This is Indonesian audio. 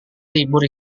libur